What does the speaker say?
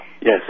Yes